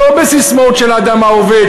לא בססמאות של "האדם העובד",